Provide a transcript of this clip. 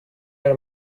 are